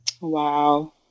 Wow